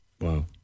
Wow